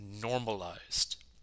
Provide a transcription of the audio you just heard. normalized